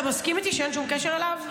אתה מסכים איתי שאין שום קשר אליו?